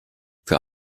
für